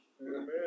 Amen